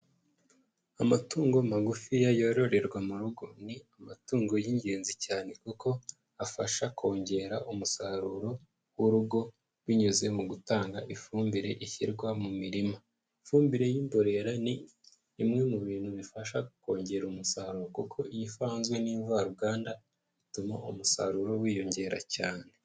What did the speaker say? Amatungo magufiya yororerwa mu rugo ni amatungo y'ingenzi cyane kuko afasha kongera umusaruro w'urugo binyuze mu gutanga ifumbire ishyirwa mu mirima, ifumbire y'imborera ni imwe mu bintu bifasha kongera umusaruro kuko iyo ivanzwe n'imvaruganda bituma umusaruro wiyongera cyane.